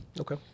Okay